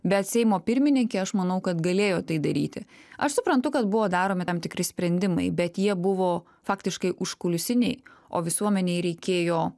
bet seimo pirmininkė aš manau kad galėjo tai daryti aš suprantu kad buvo daromi tam tikri sprendimai bet jie buvo faktiškai užkulisiniai o visuomenei reikėjo